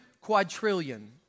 quadrillion